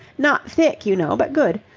not thick, you know, but good.